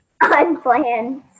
Unplanned